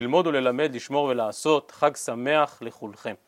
ללמוד וללמד, לשמור ולעשות, חג שמח לכולכם